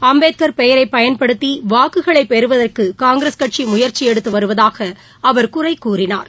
அம்பேத்கார் பெயரை பயன்படுத்தி வாக்குகளை பெறுவதற்கு காங்கிரஸ் கட்சி முயற்சி எடுத்துவருவதாக அவர் குறை கூறினார்